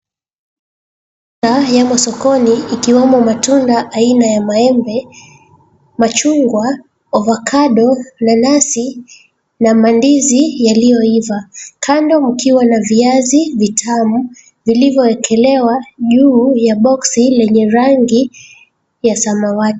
...Yamo sokoni ikiwemo matunda aina ya maembe, machungwa, ovacado , nanasi na mandizi zilizoiva, kando mkiwa na viazi vitamu vilivyoekelewa juu ya box lenye rangi ya samawati.